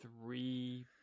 three